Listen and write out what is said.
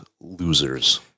losers